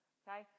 okay